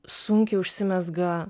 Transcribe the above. sunkiai užsimezga